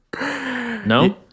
No